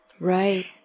Right